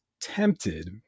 tempted